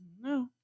No